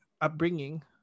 upbringing